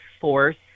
force